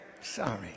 sorry